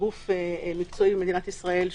גוף מקצועי במדינת ישראל,